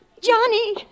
Johnny